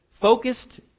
focused